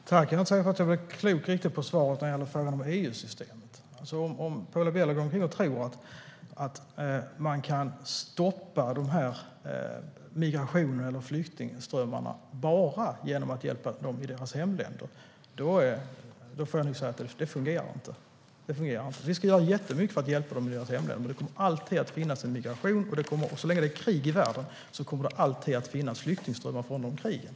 Herr talman! Jag är inte säker på att jag blev klok på svaret när det gäller frågan om EU-systemet. Om Paula Bieler går omkring och tror att man kan stoppa migrations eller flyktingströmmarna bara genom att hjälpa människor i deras hemländer får jag nog meddela att det inte fungerar. Vi ska göra jättemycket för att hjälpa dem i deras hemländer, men det kommer alltid att finnas migration. Så länge det finns krig i världen kommer det alltid att finnas flyktingströmmar från de krigen.